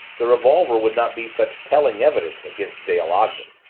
the revolver would not be such telling evidence against dale ogden.